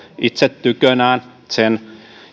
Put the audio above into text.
itse tykönään sen